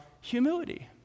humility